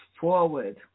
forward